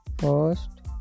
First